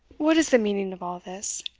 what is the meaning of all this?